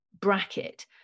bracket